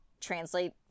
translate